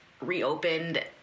reopened